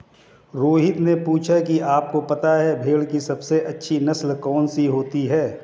रोहित ने पूछा कि आप को पता है भेड़ की सबसे अच्छी नस्ल कौन सी होती है?